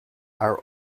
our